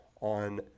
on –